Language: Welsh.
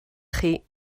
chi